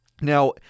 Now